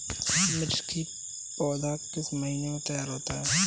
मिर्च की पौधा किस महीने में तैयार होता है?